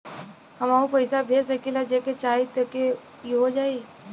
हमहू पैसा भेज सकीला जेके चाही तोके ई हो जाई?